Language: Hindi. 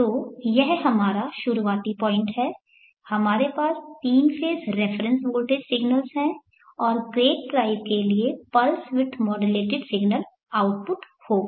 तो यह हमारा शुरुआती पॉइंट है हमारे पास 3 फेज़ रेफरेन्स वोल्टेज सिग्नल्स हैं और गेट ड्राइव के लिए pulse width modulated signal output होगा